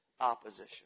opposition